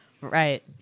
Right